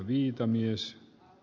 kannatan